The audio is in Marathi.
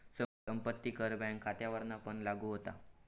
संपत्ती कर बँक खात्यांवरपण लागू होता